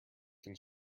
can